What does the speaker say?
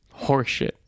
Horseshit